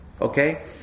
Okay